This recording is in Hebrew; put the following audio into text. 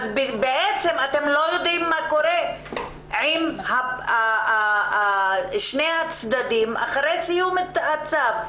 כך שאתם לא יודעים מה קורה באמת עם שני הצדדים אחרי סיום מתן הצו.